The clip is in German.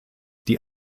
die